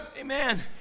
Amen